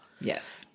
Yes